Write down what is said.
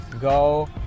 go